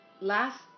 last